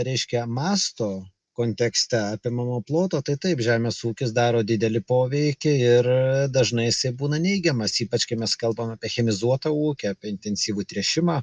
reiškia masto kontekste apimamo ploto tai taip žemės ūkis daro didelį poveikį ir dažnai jisai būna neigiamas ypač kai mes kalbam apie chemizuotą ūkį apie intensyvų tręšimą